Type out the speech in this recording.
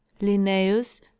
Linnaeus